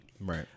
right